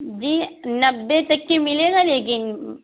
جی نبھے تک کی ملے گا لیکن